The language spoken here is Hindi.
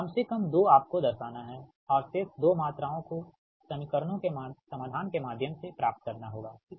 कम से कम 2 आपको दर्शाना है और शेष 2 मात्राओं को समीकरणों के समाधान के माध्यम से प्राप्त करना होगा ठीक